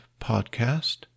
podcast